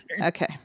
Okay